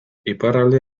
iparralde